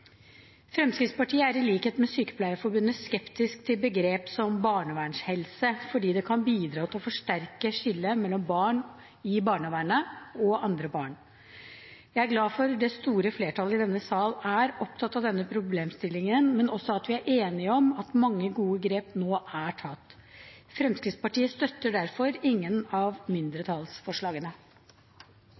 Fremskrittspartiet er i likhet med Sykepleierforbundet skeptisk til begrep som «barnevernshelse» fordi det kan bidra til å forsterke skillet mellom barn i barnevernet og andre barn. Jeg er glad for at det store flertallet i denne sal er opptatt av denne problemstillingen, men også at vi er enige om at mange gode grep nå er tatt. Fremskrittspartiet støtter derfor ingen av mindretallsforslagene.